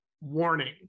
warning